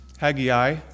Haggai